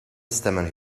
stemmen